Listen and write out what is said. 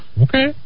Okay